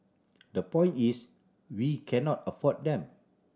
the point is we cannot afford them